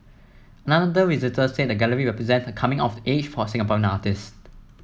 another visitor said the gallery represent a coming of age for Singaporean artist